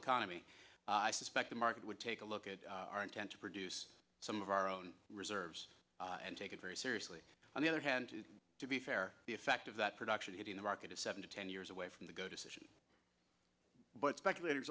economy i suspect the market would take a look at our intent to produce some of our own reserves and take it very seriously on the other hand to be fair the effect of that production hitting the market is seven to ten years away from the go decision but speculator